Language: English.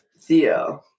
theo